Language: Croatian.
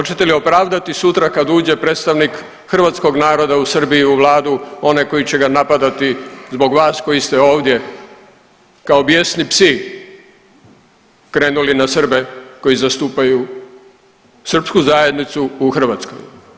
Hoćete li opravdati sutra kad uđe predstavnik hrvatskog naroda u Srbiju i Vladu onaj koji će ga napadati zbog vas koji ste ovdje kao bijesni psi krenuli na Srbe koji zastupaju srpsku zajednicu u Hrvatskoj.